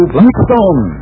Blackstone